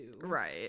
right